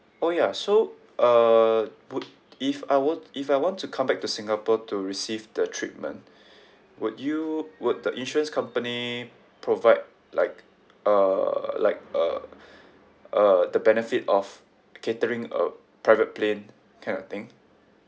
oh ya so uh would if I were t~ if I want to come back to singapore to receive the treatment would you would the insurance company provide like uh like uh uh the benefit of catering a private plane kind of thing